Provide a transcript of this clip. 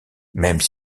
même